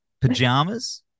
Pajamas